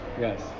Yes